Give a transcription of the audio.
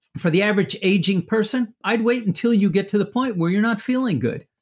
for the average aging person, i'd wait until you get to the point where you're not feeling good,